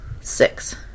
Six